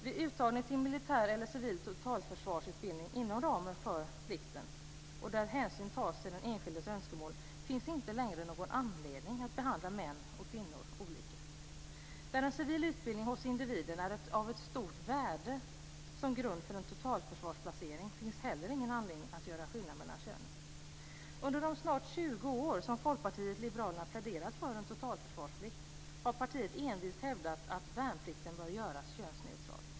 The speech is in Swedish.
Vid uttagning till militär eller civil totalförsvarsutbildning inom ramen för plikten, där hänsyn tas till den enskildes önskemål, finns inte längre någon anledning att behandla män och kvinnor olika. Där en civil utbildning hos individen är av stort värde som grund för en totalförsvarsplacering finns inte heller någon anledning att göra skillnad mellan könen. Under de snart 20 år som Folkpartiet liberalerna har pläderat för en totalförsvarsplikt har partiet envist hävdat att värnplikten bör göras könsneutral.